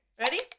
Ready